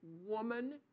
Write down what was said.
woman